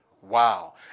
Wow